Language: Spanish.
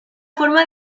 forma